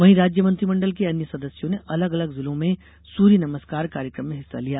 वहीं राज्य मंत्रीमंडल के अन्य सदस्यों ने अलग अलग जिलों मे ंसूर्य नमस्कार कार्यक्रम में हिस्सा लिया